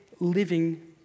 Living